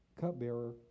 cupbearer